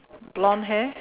blonde hair